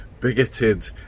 bigoted